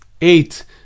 eight